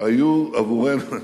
היו עבורנו,